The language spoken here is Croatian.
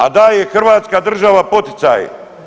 A daje hrvatska država poticaje.